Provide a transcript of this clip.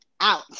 out